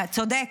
צודק.